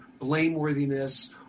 blameworthiness